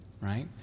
right